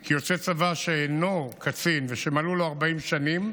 כי יוצא צבא שאינו קצין ושמלאו לו 40 שנים,